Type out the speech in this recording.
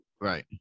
right